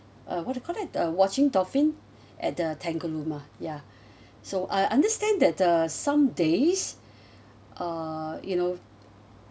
uh what you call it the watching dolphin at the tangalooma ya so I understand that the some days uh you know